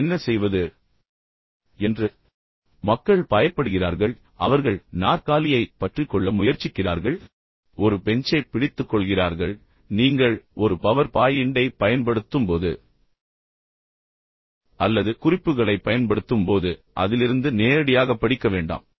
எனவே என்ன செய்வது என்று மக்கள் உண்மையில் பயப்படுகிறார்கள் எனவே அவர்கள் நாற்காலியை பற்றிக்கொள்ள முயற்சிக்கிறார்கள் ஒரு பெஞ்ச் வைத்திருக்கிறார்கள் என்று வைத்துக்கொள்வோம் அதை பிடித்துக்கொள்கிறார்கள் பின்னர் நீங்கள் ஒரு பவர் பாயிண்டை பயன்படுத்தும்போது அல்லது குறிப்புகளைப் பயன்படுத்தும்போது அதிலிருந்து நேரடியாகப் படிக்க வேண்டாம்